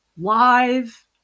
live